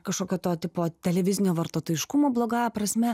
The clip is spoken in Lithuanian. kažkokio to tipo televizinio vartotojiškumo blogąja prasme